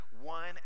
one